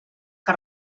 que